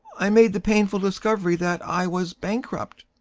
i made the painful discovery that i was bankrupt.